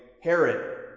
Herod